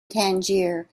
tangier